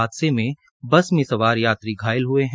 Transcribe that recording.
हादसे में बस में सवार यात्री घायल हये है